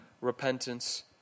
repentance